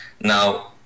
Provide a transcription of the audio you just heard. Now